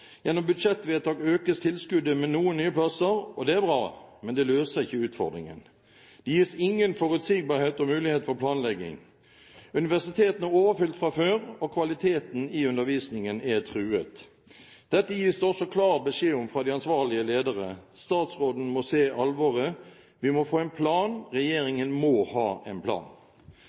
Gjennom budsjettvedtak økes tilskuddet med noen nye plasser, og det er bra, men det løser ikke utfordringen. Det gis ingen forutsigbarhet og mulighet for planlegging. Universitetene er overfylt fra før, og kvaliteten i undervisningen er truet. Dette gis det også klar beskjed om fra de ansvarlige ledere. Statsråden må se alvoret. Vi må få en plan. Regjeringen må ha en plan.